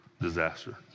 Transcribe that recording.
disaster